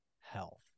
health